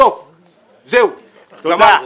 סוף, זהו, גמרנו.